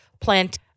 plant